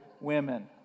women